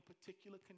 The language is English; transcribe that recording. particular